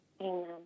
Amen